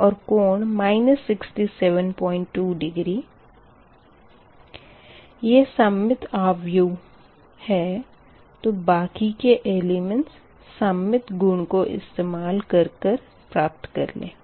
और कोण 672 डिग्री यह सममित आव्यूह तो बाकी के एलिमेंट्स इसके सममित गुण को इस्तेमाल कर कर प्राप्त कर लें